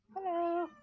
Hello